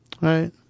right